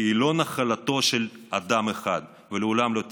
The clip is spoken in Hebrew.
כי היא לא נחלתו של אדם אחד ולעולם לא תהיה.